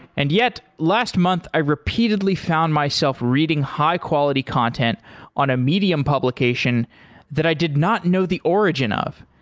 and yet, last month i repeatedly found myself reading high-quality content on a medium publication that i did not know the origin of.